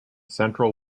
central